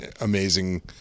amazing